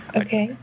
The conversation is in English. okay